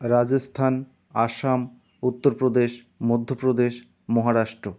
Rajasthan Assam Uttar Pradesh Madhya Pradesh Maharashtra